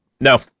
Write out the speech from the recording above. no